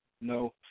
no